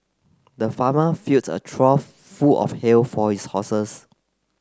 the farmer filled a trough full of hay for his horses